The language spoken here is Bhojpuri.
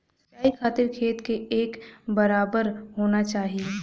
सिंचाई खातिर खेत के एक बराबर होना चाही